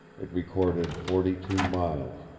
it recorded forty-two miles.